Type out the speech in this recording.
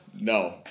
no